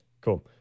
Cool